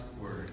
word